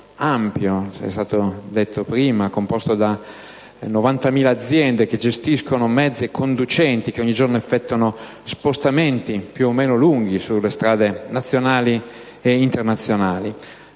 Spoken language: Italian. come è stato detto prima, composto da 90.000 aziende che gestiscono mezzi e conducenti che ogni giorno effettuano spostamenti più o meno lunghi sulle strade nazionali ed internazionali.